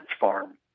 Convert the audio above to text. Farm